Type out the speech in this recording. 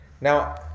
Now